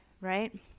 right